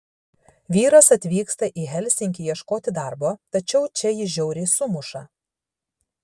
vyras atvyksta į helsinkį ieškoti darbo tačiau čia jį žiauriai sumuša